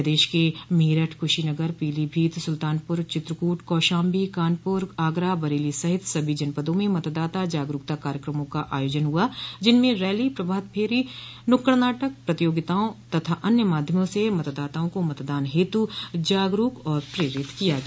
प्रदेश के मेरठ कुशीनगर पीलीभीत सुल्तानपुर चित्रकूट कौशाम्बी कानपुर आगरा बरेली सहित सभी जनपदों में मतदाता जागरूकता कार्यक्रमों का आयोजन हुआ जिनमें रैली प्रभात फेरी नुक्कड़ नाटक प्रतियोगिताओं तथा अन्य माध्यमों से मतदाताओं को मतदान हेतु जागरूक और प्रेरित किया किया